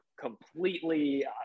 completely